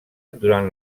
durant